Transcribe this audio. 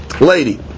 lady